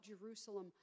Jerusalem